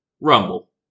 rumble